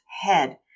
head